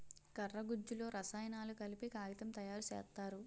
కర్ర గుజ్జులో రసాయనాలు కలిపి కాగితం తయారు సేత్తారు